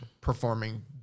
performing